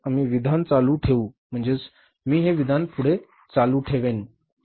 म्हणजे आम्ही विधान चालू ठेवू म्हणजे मी हे विधान पुढे चालू ठेवेन